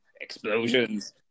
explosions